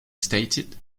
stated